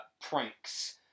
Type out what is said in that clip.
pranks